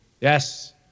Yes